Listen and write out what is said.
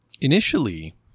initially